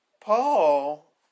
Paul